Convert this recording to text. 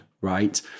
right